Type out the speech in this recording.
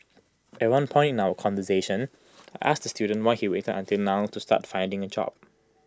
at one point in our conversation I asked the student why he waited until now to start finding A job